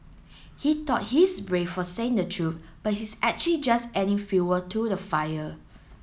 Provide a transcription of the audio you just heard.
he thought he's brave for saying the truth but he's actually just adding fuel to the fire